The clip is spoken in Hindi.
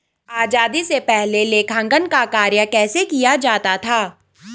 आजादी से पहले लेखांकन का कार्य कैसे किया जाता था?